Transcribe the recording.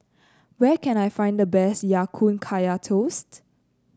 where can I find the best Ya Kun Kaya Toast